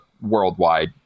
worldwide